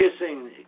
kissing